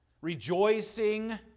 rejoicing